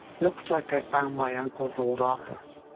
looks like i found my uncle's old office.